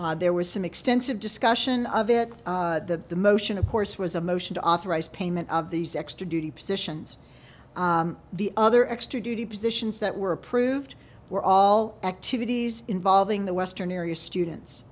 there was some extensive discussion of it the the motion of course was a motion to authorize payment of these extra duty positions the other extra duty positions that were approved were all activities involving the western area students